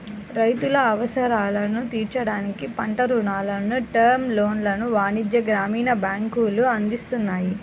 రైతుల అవసరాలను తీర్చడానికి పంట రుణాలను, టర్మ్ లోన్లను వాణిజ్య, గ్రామీణ బ్యాంకులు అందిస్తున్నాయి